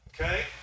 Okay